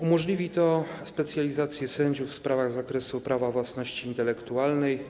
Umożliwi to specjalizację sędziów w sprawach z zakresu prawa własności intelektualnej.